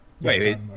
Wait